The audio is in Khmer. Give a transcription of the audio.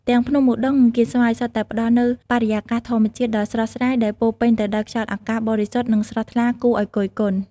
ទាំងភ្នំឧដុង្គ និងកៀនស្វាយសុទ្ធតែផ្តល់នូវបរិយាកាសធម្មជាតិដ៏ស្រស់ស្រាយដែលពោរពេញទៅដោយខ្យល់អាកាសបរិសុទ្ធនិងស្រស់ថ្លាគួរឲ្យគយគន់។